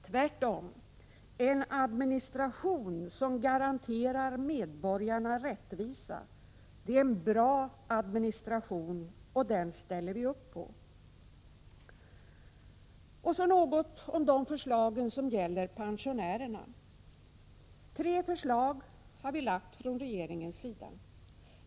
Tvärtom — en administration som garanterar medborgarna rättvisa, det är en god administration och den ställer vi upp på. Och så något om de förslag som gäller pensionärerna. Tre förslag har vi lagt från regeringens sida.